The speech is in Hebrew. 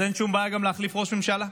אז אין שום בעיה להחליף גם ראש ממשלה.